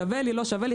שווה לי או לא שווה לי,